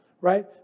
right